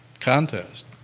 contest